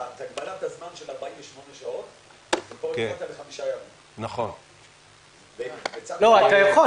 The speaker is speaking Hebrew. הגבלת הזמן ל-48 שעות ופה זה לחמישה ימים --- אתה יכול.